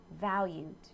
valued